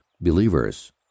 believers